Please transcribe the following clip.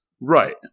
right